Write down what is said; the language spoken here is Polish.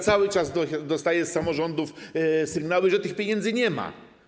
Cały czas otrzymuję z samorządów sygnały, że tych pieniędzy nie ma.